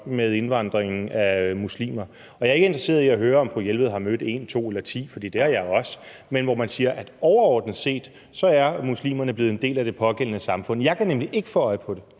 indvandring? Og jeg er ikke interesseret i at høre, om fru Marianne Jelved har mødt en, to eller ti, for det har jeg også, men jeg er interesseret i et sted, hvor man siger, at overordnet set er muslimerne blevet en del af det pågældende samfund. Jeg kan nemlig ikke få øje på det.